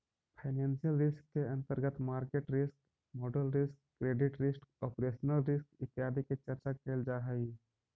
financial risk के अंतर्गत market risk, model risk, credit risk, operational risk इत्यादि के चर्चा कैल जा हई